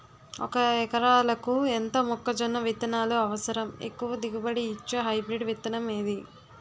ఒక ఎకరాలకు ఎంత మొక్కజొన్న విత్తనాలు అవసరం? ఎక్కువ దిగుబడి ఇచ్చే హైబ్రిడ్ విత్తనం ఏది?